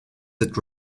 that